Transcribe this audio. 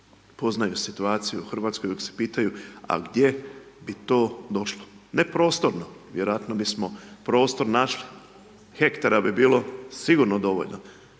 poznaju situaciju u Hrvatskoj, uvijek se pitaju a gdje bi to došlo. Ne prostorno, vjerojatno bismo prostor našli, hektara bi bilo sigurno dovoljno.